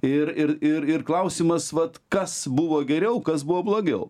ir ir ir ir klausimas vat kas buvo geriau kas buvo blogiau